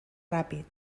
ràpid